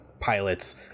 pilots